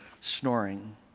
snoring